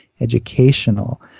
educational